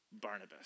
Barnabas